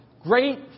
great